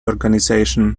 organization